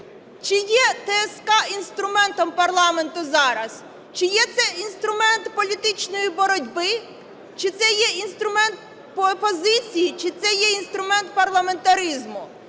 Чи є ТСК інструментом парламенту зараз? Чи є це інструмент політичної боротьби, чи це є інструмент опозиції, чи це є інструмент парламентаризму?